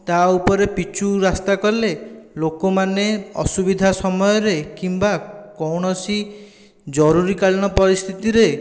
ତା' ଉପରେ ପିଚୁ ରାସ୍ତା କଲେ ଲୋକମାନେ ଅସୁବିଧା ସମୟରେ କିମ୍ବା କୌଣସି ଜରୁରୀକାଳୀନ ପରିସ୍ଥିତିରେ